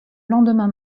lendemain